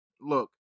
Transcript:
Look